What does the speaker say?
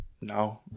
No